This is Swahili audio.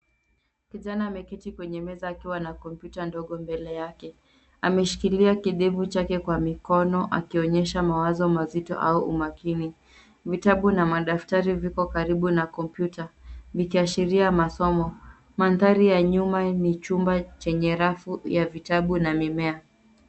Kijana ameketi kwenye meza akiwa na kompyuta ndogo mbele yake. Ameshikilia kidevu chake kwa mikono akionyesha mawazo mazito au umakini. Vitabu na madaftari viko karibu na kompyuta vikiashiria masomo. Mandhari ya nyuma ni chumba chenye rafu ya vitabu na mimea.